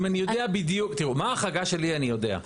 אם אני יודע בדיוק, תראו, מה ההחרגה שלי אני יודע.